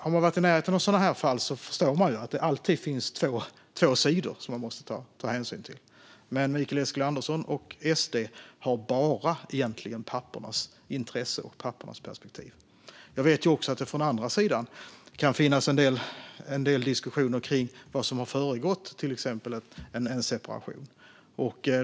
Har man varit i närheten av sådana här fall förstår man att det alltid finns två sidor som man måste ta hänsyn till. Men Mikael Eskilandersson och SD ser egentligen bara pappornas intressen och pappornas perspektiv. Jag vet också att det från den andra sidan kan finnas en del diskussioner kring vad som har föregått till exempel en separation.